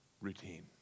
routine